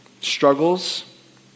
struggles